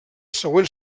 següent